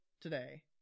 today